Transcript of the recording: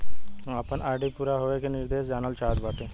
हम अपने आर.डी पूरा होवे के निर्देश जानल चाहत बाटी